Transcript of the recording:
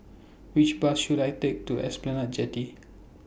Which Bus should I Take to Esplanade Jetty